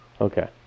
Okay